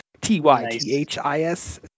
T-Y-T-H-I-S